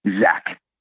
Zach